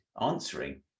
answering